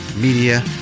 Media